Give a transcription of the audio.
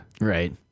Right